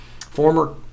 former